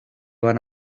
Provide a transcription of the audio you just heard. van